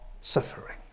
suffering